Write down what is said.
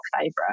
favorite